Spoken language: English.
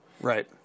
Right